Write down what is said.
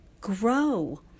grow